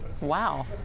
Wow